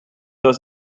was